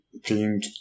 themed